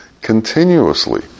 Continuously